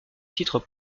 titre